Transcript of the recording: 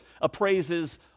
appraises